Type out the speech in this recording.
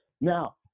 Now